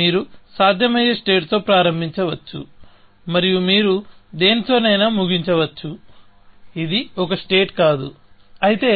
మీరు సాధ్యమయ్యే స్టేట్ తో ప్రారంభించవచ్చు మరియు మీరు దేనితోనైనా ముగించవచ్చు ఇది ఒక స్టేట్ కాదు అయితే